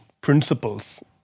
principles